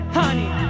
honey